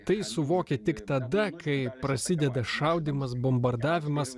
tai suvoki tik tada kai prasideda šaudymas bombardavimas